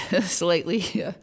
slightly